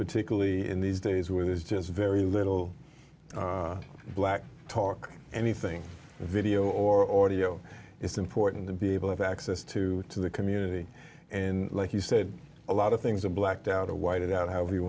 particularly in these days where there's just very little black talk anything video or audio it's important to be able have access to to the community and like you said a lot of things are blacked out a whited out however you